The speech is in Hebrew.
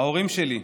ההורים שלי,